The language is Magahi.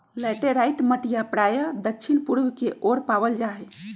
लैटेराइट मटिया प्रायः दक्षिण पूर्व के ओर पावल जाहई